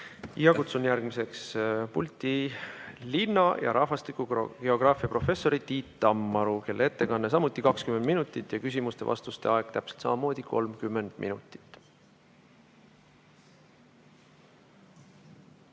Kutsun järgmiseks pulti linna- ja rahvastikugeograafia professori Tiit Tammaru, kelle ettekanne on samuti 20 minutit ja küsimuste-vastuste aeg täpselt samamoodi 30 minutit.